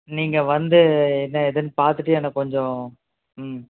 நீங்கள் வந்து என்ன ஏதுன்னு பார்த்துட்டு எனக்கு கொஞ்சம்